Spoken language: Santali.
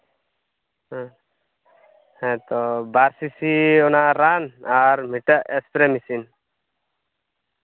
ᱦᱮᱸ ᱦᱮᱸᱛᱚ ᱵᱟᱨ ᱥᱤᱥᱤ ᱚᱱᱟ ᱨᱟᱱ ᱟᱨ ᱢᱤᱫᱴᱟᱝ ᱮᱥᱯᱨᱮ ᱢᱤᱥᱤᱱ